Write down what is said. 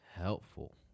helpful